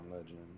legend